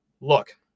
Look